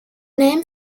name